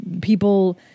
people